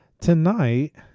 tonight